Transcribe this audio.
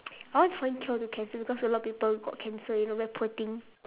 I want find cure to cancer because a lot of people got cancer you know very poor thing